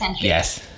yes